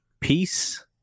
Peace